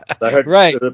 right